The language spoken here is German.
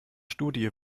studie